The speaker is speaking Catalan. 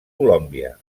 colòmbia